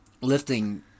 lifting